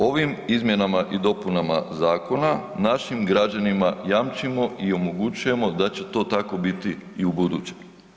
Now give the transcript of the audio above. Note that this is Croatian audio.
Ovim izmjenama i dopunama zakona našim građanima jamčimo i omogućujemo da će to tako biti i ubuduće.